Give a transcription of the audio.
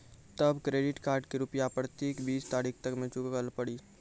तब credit card के रूपिया प्रतीक बीस तारीख तक मे चुकल पड़ी?